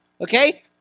Okay